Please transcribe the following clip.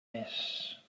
mes